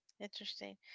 Interesting